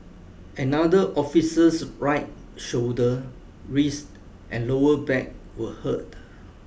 another officer's right shoulder wrist and lower back were hurt